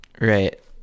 Right